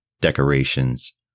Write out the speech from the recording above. decorations